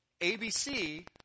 ABC